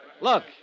Look